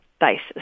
basis